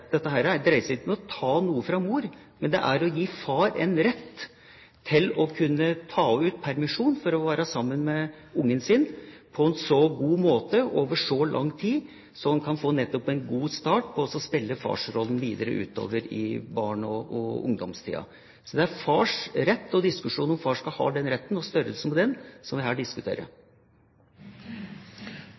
dette dreier seg ikke om å ta noe fra mor, men om å gi far en rett til å kunne ta ut permisjon for å være sammen med ungen sin på en så god måte og over så lang tid at han nettopp kan få en god start på å spille farsrollen videre utover i barne- og ungdomstida. Så det er fars rett og om far skal ha den retten, og størrelsen på den, som vi her diskuterer.